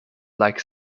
like